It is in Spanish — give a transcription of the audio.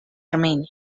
armenia